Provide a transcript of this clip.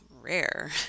rare